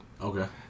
Okay